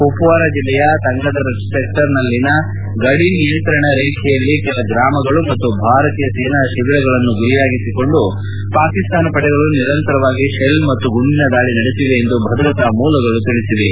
ಕುಪ್ನಾರ ಜಿಲ್ಲೆಯ ತಂಗದರ್ ಸೆಕ್ಸರ್ನಲ್ಲಿನ ಗಡಿ ನಿಯಂತ್ರಣ ರೇಖೆಯಲ್ಲಿ ಕೆಲ ಗ್ರಾಮಗಳು ಮತ್ತು ಭಾರತೀಯ ಸೇನಾ ತಿಬಿರಗಳನ್ನು ಗುರಿಯಾಗಿರಿಸಿಕೊಂಡು ಪಾಕಿಸ್ತಾನದ ಪಡೆಗಳು ನಿರಂತರವಾಗಿ ಶೆಲ್ ಮತ್ತು ಗುಂಡಿನ ದಾಳ ನಡೆಸಿವೆ ಎಂದು ಭದ್ರತಾ ಮೂಲಗಳು ತಿಳಿಸಿವೆ